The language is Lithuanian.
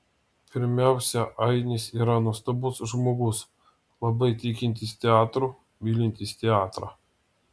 pirmiausia ainis yra nuostabus žmogus labai tikintis teatru mylintis teatrą